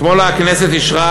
אתמול הכנסת אישרה